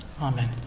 Amen